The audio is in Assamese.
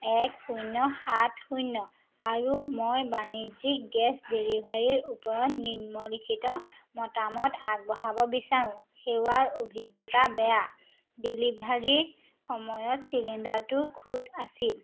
এক শূন্য সাত শূন্য আৰু মই বাণিজ্যিক গেছ ডেলিভাৰীৰ ওপৰত নিম্নলিখিত মতামত আগবঢ়াব বিচাৰোঁ সেৱাৰ অভিজ্ঞতা বেয়া ডেলিভাৰীৰ সময়ত চিলিণ্ডাৰটোত খুঁত আছিল